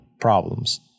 problems